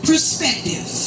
perspective